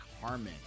Harmon